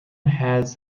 has